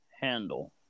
handle